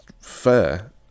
fair